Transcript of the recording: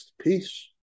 Peace